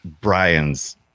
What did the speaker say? Brian's